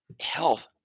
health